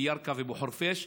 בירכא ובחורפיש.